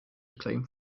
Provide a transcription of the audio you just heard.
acclaim